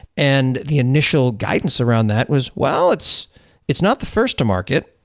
and the initial guidance around that was, well, it's it's not the first to market.